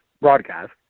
broadcast